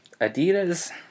Adidas